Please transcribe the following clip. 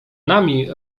nami